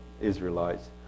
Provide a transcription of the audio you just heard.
Israelites